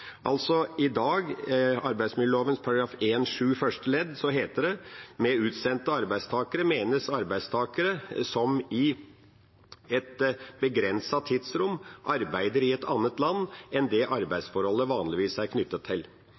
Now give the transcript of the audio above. I arbeidsmiljøloven § 1-7 første ledd heter det: «Med utsendt arbeidstaker menes arbeidstaker som i et begrenset tidsrom arbeider i et annet land enn det arbeidsforholdet vanligvis er knyttet til.»